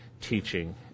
teaching